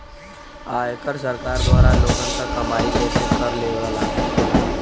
आयकर सरकार द्वारा लोगन क कमाई में से कर लेवला